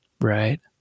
right